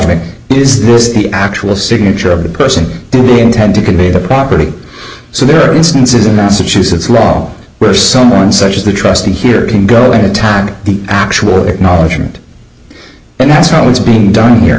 it is this the actual signature of the person to be intend to convey the property so there are instances in massachusetts where someone such as the trustee here can go and attack the actual acknowledgement and that's how it's being done here